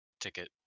ticket